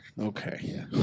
Okay